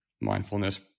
mindfulness